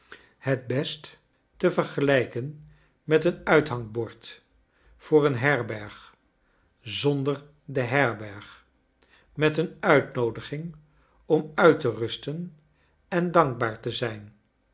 het best te vergelijken met een uithangbord voor een herberg zonder de herberg met een uitnoodiging om uit te rusten en dankbaar te zijn